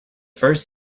first